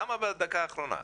למה בדקה האחרונה?